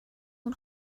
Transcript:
اون